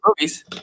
movies